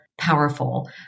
powerful